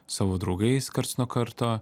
savo draugais karts nuo karto